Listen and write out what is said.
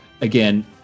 again